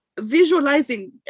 visualizing